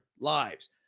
lives